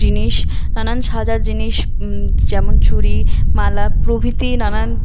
জিনিস নানান সাজার জিনিস যেমন চুড়ি মালা প্রভৃতি নানান